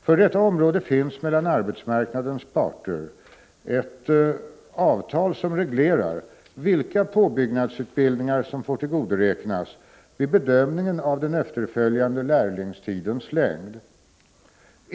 För detta område finns mellan arbetsmarknadens parter ett avtal som reglerar vilka påbyggnadsutbildningar som får tillgodoräknas vid bedömningen av den efterföljande lärlingstidens längd.